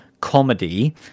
comedy